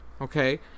Okay